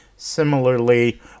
Similarly